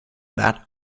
that